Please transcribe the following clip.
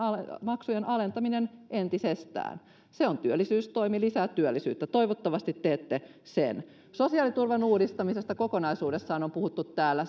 maksujen alentaminen entisestään se on työllisyystoimi lisää työllisyyttä toivottavasti teette sen sosiaaliturvan uudistamisesta kokonaisuudessaan on puhuttu täällä